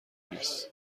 نیست